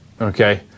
Okay